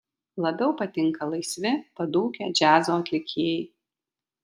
labiau patinka laisvi padūkę džiazo atlikėjai